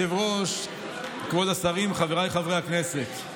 מכובדי היושב-ראש, כבוד השרים, חבריי חברי הכנסת,